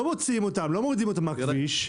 לא מורידים אותם מהכביש.